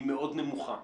היא מאוד נמוכה.